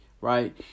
Right